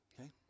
okay